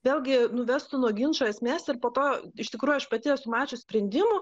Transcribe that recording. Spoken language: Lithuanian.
vėlgi nuvestų nuo ginčo esmės ir po to iš tikrųjų aš pati esu mačius sprendimų